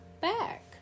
back